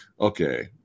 Okay